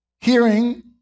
Hearing